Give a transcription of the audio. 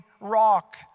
rock